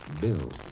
Bill